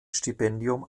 stipendium